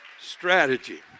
Strategy